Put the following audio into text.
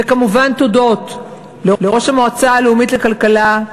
וכמובן, תודות לראש המועצה הלאומית לכלכלה,